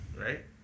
Right